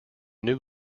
new